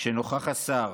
"נוכח השר